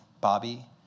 Bobby